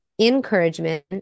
encouragement